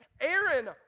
Aaron